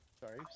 sorry